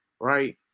right